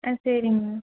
ஆ சரிங்கண்ணா